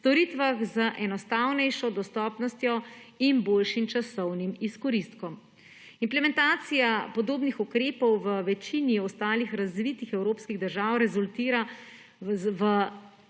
storitvah z enostavnejšo dostopnostjo in boljšim časovnim izkoristkom. Implementacija podobnih ukrepov v večini ostalih razvitih evropskih držav rezultira v